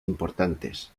importantes